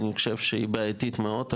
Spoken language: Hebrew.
אני חושב שהיא בעייתית מאוד.